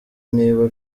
niba